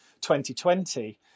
2020